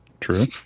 True